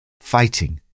fighting